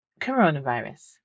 Coronavirus